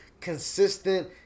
consistent